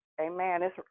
Amen